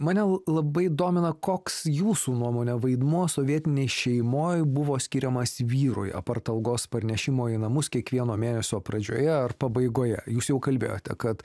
mane labai domina koks jūsų nuomone vaidmuo sovietinėj šeimoj buvo skiriamas vyrui apart algos parnešimo į namus kiekvieno mėnesio pradžioje ar pabaigoje jūs jau kalbėjote kad